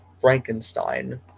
Frankenstein